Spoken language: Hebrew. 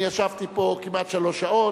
אני ישבתי פה כמעט שלוש שעות.